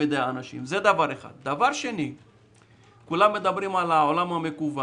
בסך הכול, כלי הרכב שמוביל אותנו ממקום למקום,